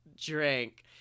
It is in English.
drink